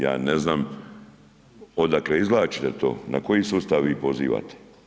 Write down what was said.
Ja ne znam odakle izvlačite to, na koji sustav vi pozivate.